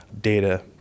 data